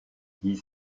ils